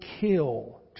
kill